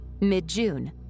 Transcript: mid-June